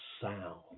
sound